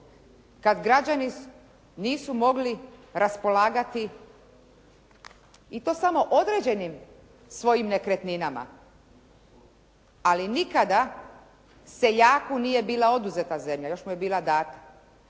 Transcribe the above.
kada građani nisu mogli raspolagati i to samo određenim svojim nekretninama, ali nikada seljaku nije bila oduzeta zemlja još mu je bila dana.